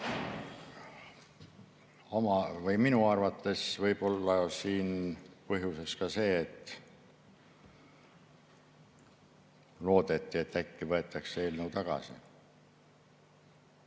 eest! Minu arvates võib siin olla põhjuseks ka see, et loodeti, et äkki võetakse eelnõu tagasi.